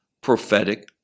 prophetic